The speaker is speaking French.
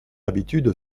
habitude